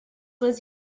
was